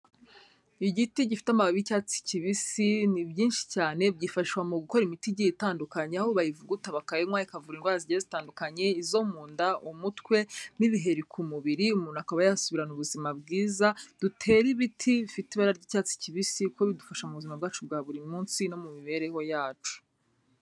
Igiti gifite amababi y'icyatsi kibisi ni byinshi cyane, byifashishwa mu gukora imiti igiye itandukanya, aho bayivugutaba bakayinywa, ikavu indwara zitandukanye, izo mu nda, umutwe, n'ibiheri ku mubiri, umuntu akaba yasubirana ubuzima bwiza, dutera ibiti bifite ibara ry'icyatsi kibisi, kuko bidufasha mu buzima bwacu bwa buri munsi no mu mibereho yacu.